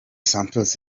santos